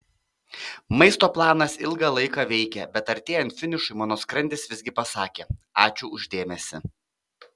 maisto planas ilgą laiką veikė bet artėjant finišui mano skrandis visgi pasakė ačiū už dėmesį